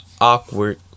awkward